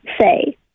say